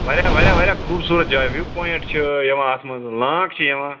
واریاہ واریاہ واریاہ خوٗبصوٗرَت جاے وِیو پوایِنٛٹ چھِ یِوان اَتھ منٛز لانٛک چھِ یِوان